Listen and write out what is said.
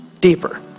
deeper